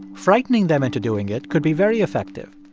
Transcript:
frightening them into doing it could be very effective.